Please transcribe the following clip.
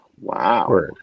Wow